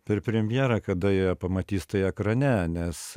per premjerą kada jie pamatys tai ekrane nes